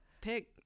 pick